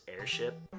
airship